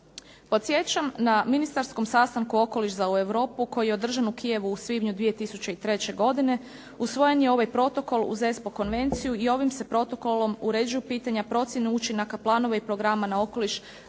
Podsjećam na ministarskom sastanku Okoliš za Europu koji je održan u Kijevu u svibnju 2003. godine usvojen je ovaj protokol uz ESPO konvenciju i ovim se protokolom uređuju pitanja procjene učinaka, planova i programa na okoliš